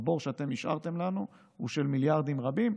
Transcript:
הבור שאתם השארתם לנו הוא של מיליארדים רבים.